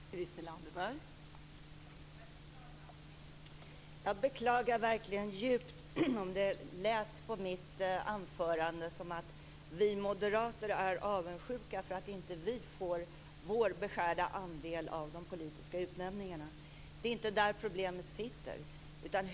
Fru talman! Jag beklagar verkligen djupt om det lät på mitt anförande som om vi moderater är avundsjuka för att vi inte får vår beskärda andel av de politiska utnämningarna. Det är inte där problemet ligger.